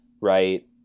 right